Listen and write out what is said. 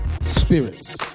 spirits